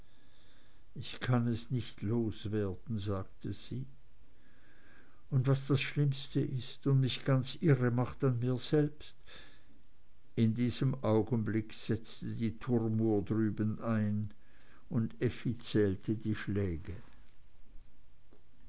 ich kann es nicht loswerden sagte sie und was das schlimmste ist und mich ganz irre macht an mir selbst in diesem augenblick setzte die turmuhr drüben ein und effi zählte die schläge